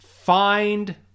find